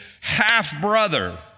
half-brother